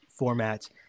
formats